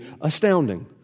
astounding